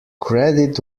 credit